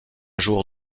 jour